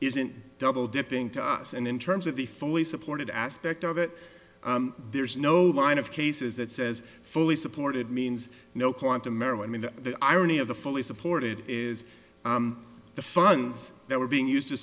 isn't double dipping to us and in terms of the fully supported aspect of it there's no line of cases that says fully supported means no point in maryland and the irony of the fully supported is the funds that were being used to